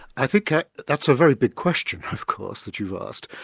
i think that's a very good question of course that you've asked,